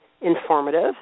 informative